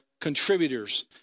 contributors